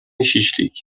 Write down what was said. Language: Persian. شیشلیک